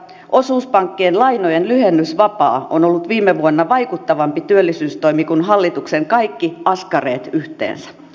osuuspankkien lainojen lyhennysvapaa on ollut viime vuonna vaikuttavampi työllisyystoimi kuin hallituksen kaikki askareet yhteensä